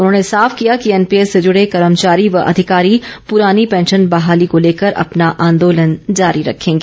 उन्होंने साफ किया कि एनपीएस से जुड़े कर्मचारी व अधिकारी पुरानी पैंशन बहाली को लेकर अपना आंदोलन जारी रखेंगे